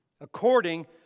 according